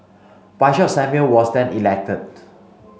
Bishop Samuel was then elected